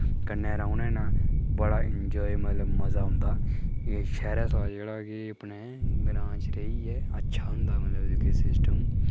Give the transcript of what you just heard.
कन्नै रौह्ने न बड़ा इंजाय मतलब मजा औंदा एह् शैह्रै थमां जेह्ड़ा कि अपने ग्रांऽ च रेहियै अच्छा होंदा मतलब एह् कि सिस्टम